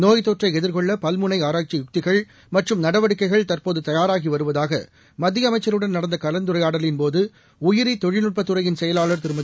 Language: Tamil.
நோய்த்தொற்றைஎதிர்கொள்ளபல்முனைஆராய்ச்சி யுக்திகள் மற்றும் நடவடக்கைகள் தற்போதுதயாராகிவருவதாகமத்தியஅமைச்சருடன் நடந்தகலந்துரையாடலின் போதுஉயிரிதொழில்நுட்பதுறையின் செயலாளர் திருமதி